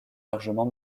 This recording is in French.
largement